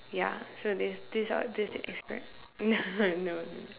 ya so there's this uh this spread no no